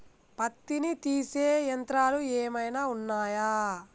పత్తిని తీసే యంత్రాలు ఏమైనా ఉన్నయా?